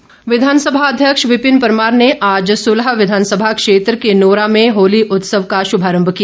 परमार विधानसभा अध्यक्ष विपिन परमार ने आज सुलह विधानसभा क्षेत्र के नोरा में होली उत्सव का शुभारंभ किया